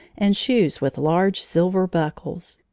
and shoes with large silver buckles.